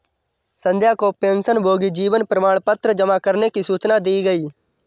संध्या को पेंशनभोगी जीवन प्रमाण पत्र जमा करने की सूचना दी गई